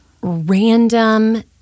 random